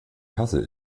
kasse